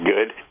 good